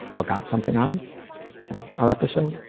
or got something out of our episode,